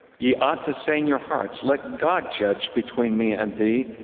ye ought to say in your hearts, let god judge between me and thee,